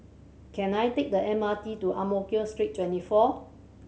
can I take the M R T to Ang Mo Kio Street Twenty four